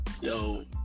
yo